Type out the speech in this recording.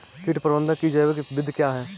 कीट प्रबंधक की जैविक विधि क्या है?